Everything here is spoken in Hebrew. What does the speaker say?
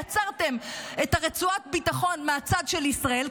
יצרתם את רצועת הביטחון של ישראל,